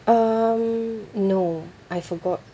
um no I forgot